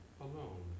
alone